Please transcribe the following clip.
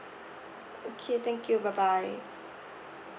okay thank you bye bye